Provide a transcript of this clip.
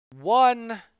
One